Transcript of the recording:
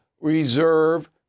reserve